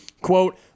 quote